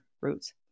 roots